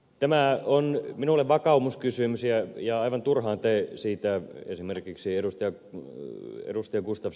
tämä on minulle vakaumuskysymys ja aivan turhaan te siitä esimerkiksi ed